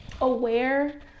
aware